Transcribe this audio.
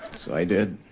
so i did.